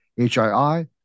HII